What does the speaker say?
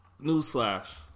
Newsflash